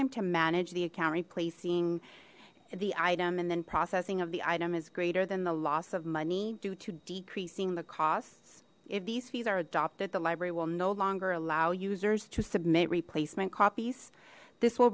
time to manage the account replacing the item and then processing of the item is greater than the loss of money due to decreasing the costs if these fees are adopted the library will no longer allow users to submit replacement copies this will